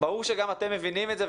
שגם אתם מבינים את זה,